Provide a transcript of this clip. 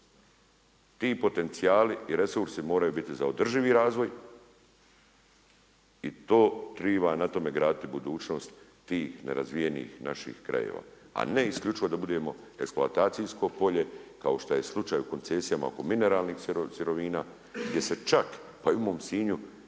Ti potencijali i resursi moraju biti za održivi razvoj i to treba na tome graditi budućnost tih nerazvijenih naših krajeva a ne isključivo da budemo eksploatacijsko polje kao što je slučaju koncesijama oko mineralnih sirovina gdje se čak pa i u mom Sinju